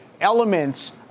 elements